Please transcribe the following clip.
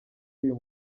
uyu